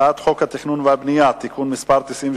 אני קובע שהצעת חוק החוזים האחידים (תיקון מס' 3)